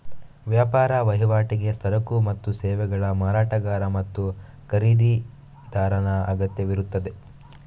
ವ್ಯಾಪಾರ ವಹಿವಾಟಿಗೆ ಸರಕು ಮತ್ತು ಸೇವೆಗಳ ಮಾರಾಟಗಾರ ಮತ್ತು ಖರೀದಿದಾರನ ಅಗತ್ಯವಿರುತ್ತದೆ